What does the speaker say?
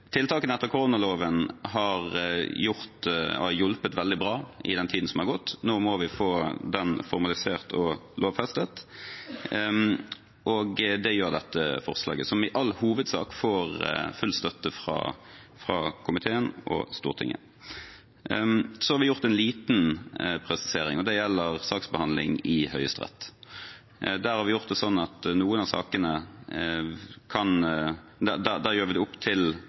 Tiltakene etter koronaloven har hjulpet veldig bra i den tiden som har gått. Nå må vi få den formalisert og lovfestet, og det gjør dette forslaget, som i all hovedsak får full støtte fra komiteen og Stortinget. Så har vi gjort en liten presisering, og det gjelder saksbehandling i Høyesterett. Der har vi gjort det sånn at i noen av sakene gjør vi det opp til